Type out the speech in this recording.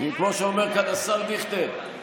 כמו שאומר כאן השר דיכטר,